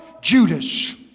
Judas